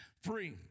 free